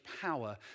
power